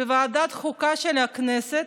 בוועדת החוקה של הכנסת,